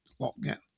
lockdown